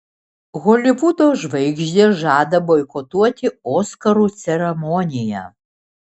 holivudo žvaigždės žada boikotuoti oskarų ceremoniją